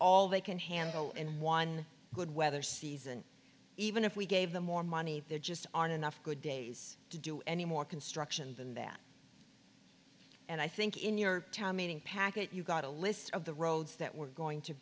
all they can handle in one good weather season even if we gave them more money there just aren't enough good days to do any more construction than that and i think in your town meeting packet you got a list of the roads that were going to